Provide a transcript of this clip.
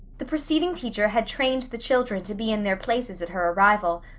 the preceding teacher had trained the children to be in their places at her arrival,